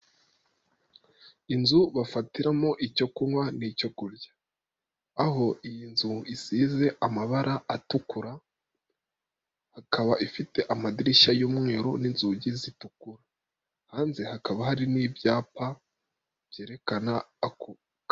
Inzu bafatiramo icyo kunywa n'icyo kurya. Aho iyi nzu isize amabara atukura. Ikaba ifite amadirishya y'umweru n'inzugi zitukura. Hanze hakaba hari n'ibyapa, byerekana akuka.